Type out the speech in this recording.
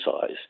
size